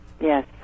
Yes